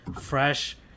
fresh